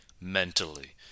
mentally